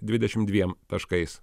dvidešim dviem taškais